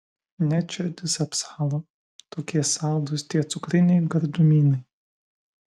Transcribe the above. net širdis apsalo tokie saldūs tie cukriniai gardumynai